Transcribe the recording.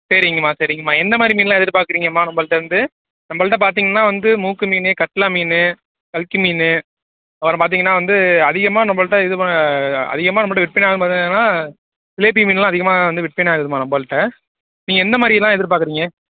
சரிங்கம்மா சரிங்கம்மா என்ன மாதிரி மீன்லாம் எதிர்பார்க்குறீங்கம்மா நம்பள்கிட்டேருந்து நம்பள்கிட்ட பார்த்தீங்கன்னா வந்து மூக்கு மீன் கட்லா மீன் கல்கி மீன் அப்புறம் பார்த்தீங்கன்னா வந்து அதிகமாக நம்பள்கிட்ட இது வ அதிகமாக நம்பள்கிட்ட விற்பனை ஆகுதுன்னு பார்த்தீங்கன்னா சிலேப்பி மீன்லாம் அதிகமாக வந்து விற்பனை ஆகுதும்மா நம்பள்கிட்ட நீங்கள் எந்த மாதிரிலாம் எதிர்பார்க்குறீங்க